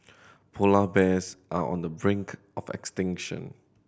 polar bears are on the brink of extinction